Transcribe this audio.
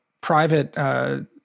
private